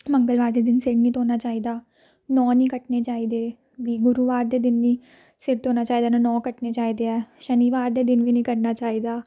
ਮੰਗਲਵਾਰ ਦੇ ਦਿਨ ਸਿਰ ਨਹੀਂ ਧੋਣਾ ਚਾਹੀਦਾ ਨਹੁੰ ਨਹੀਂ ਕੱਟਣੇ ਚਾਹੀਦੇ ਵੀ ਗੁਰੂਵਾਰ ਦੇ ਦਿਨ ਨਹੀਂ ਸਿਰ ਧੋਣਾ ਚਾਹੀਦਾ ਨਾ ਨਹੁੰ ਕੱਟਣੇ ਚਾਹੀਦੇ ਆ ਸ਼ਨੀਵਾਰ ਦੇ ਦਿਨ ਵੀ ਨਹੀਂ ਕਰਨਾ ਚਾਹੀਦਾ